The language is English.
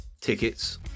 tickets